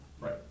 Right